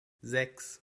sechs